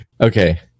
Okay